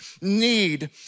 need